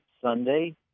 Sunday